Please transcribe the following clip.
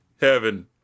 Heaven